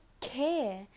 care